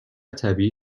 طبیعی